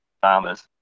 farmers